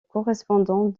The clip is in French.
correspondant